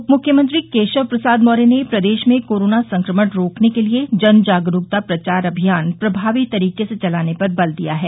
उपमुख्यमंत्री केशव प्रसाद मौर्य ने प्रदेश में कोरोना संक्रमण रोकने के लिये जन जागरूकता प्रचार अभियान प्रभावी तरीके से चलाने पर बल दिया है